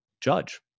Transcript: judge